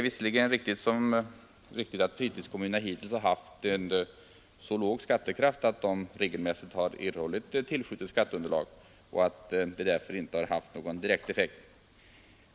Visserligen är det riktigt att fritidskommunerna hittills haft så låg skattekraft att de regelmässigt erhållit tillskjutet skatteunderlag och att detta därför inte haft direkt effekt.